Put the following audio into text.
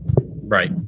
Right